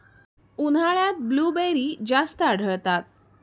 उन्हाळ्यात ब्लूबेरी जास्त आढळतात